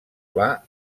pla